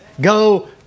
go